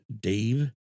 Dave